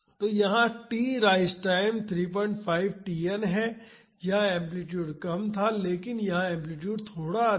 तो यहाँ t rise time 35 Tn है यहाँ एम्पलीटूड कम था लेकिन यहाँ एम्पलीटूड थोड़ा अधिक है